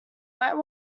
might